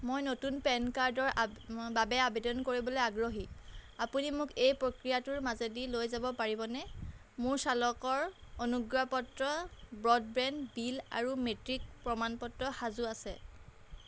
মই নতুন পেন কাৰ্ডৰ আবে বাবে আবেদন কৰিবলৈ আগ্ৰহী আপুনি মোক এই প্ৰক্ৰিয়াটোৰ মাজেদি লৈ যাব পাৰিবনে মোৰ চালকৰ অনুজ্ঞাপত্ৰ ব্ৰডবেণ্ড বিল আৰু মেট্ৰিক প্ৰমাণ পত্ৰ সাজু আছে